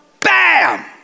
bam